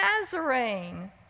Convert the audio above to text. Nazarene